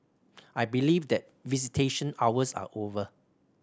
I believe that visitation hours are over